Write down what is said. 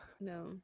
no